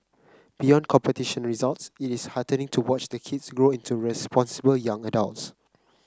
beyond competition results it is heartening to watch the kids grow into responsible young adults